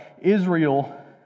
Israel